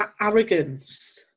arrogance